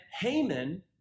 Haman